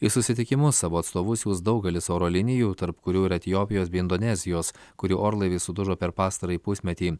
į susitikimus savo atstovus siųs daugelis oro linijų tarp kurių ir etiopijos bei indonezijos kurių orlaiviai sudužo per pastarąjį pusmetį